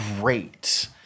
great